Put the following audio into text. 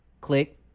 Click